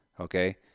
Okay